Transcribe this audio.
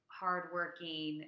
hardworking